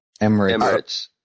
Emirates